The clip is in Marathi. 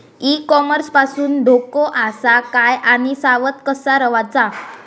ई कॉमर्स पासून धोको आसा काय आणि सावध कसा रवाचा?